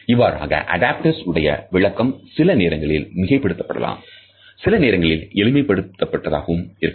இவ்வாறாக அடாப்டர்ஸ் உடைய விளக்கம் சில நேரங்களில் மிகைப்படுத்தப்பட்டதாகவும் சிலநேரங்களில் எளிமைப்படுத்தப்பட்டதாகவும் இருக்கும்